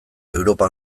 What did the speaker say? europa